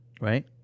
Right